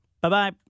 Bye-bye